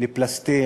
פלסתר,